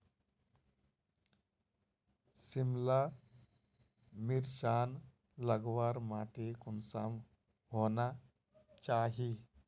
सिमला मिर्चान लगवार माटी कुंसम होना चही?